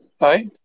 Hi